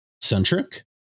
centric